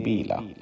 Bila